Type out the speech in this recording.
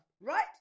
right